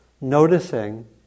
noticing